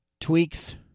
tweaks